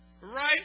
Right